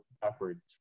backwards